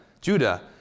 Judah